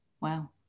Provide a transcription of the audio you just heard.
wow